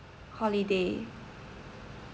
holiday